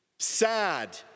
Sad